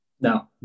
No